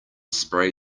spray